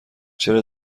چرا